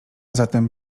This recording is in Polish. zatem